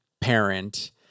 parent